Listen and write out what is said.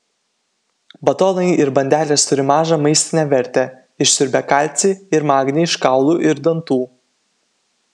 batonai ir bandelės turi mažą maistinę vertę išsiurbia kalcį ir magnį iš kaulų ir dantų